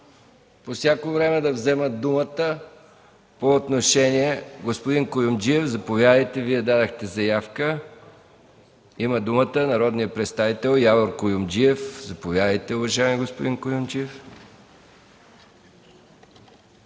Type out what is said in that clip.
по всяко време да вземат думата по отношение. Господин Куюмджиев, Вие дадохте заявка. Има думата народният представител Явор Куюмджиев. Заповядайте, уважаеми господин Куюмджиев.